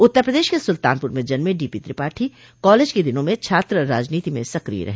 उत्तर प्रदेश के सुलतानपुर में जन्मे डीपी त्रिपाठी कालेज के दिनों में छात्र राजनीति में सक्रिय रहे